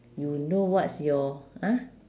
you know what's your !huh!